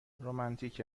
رومانتیک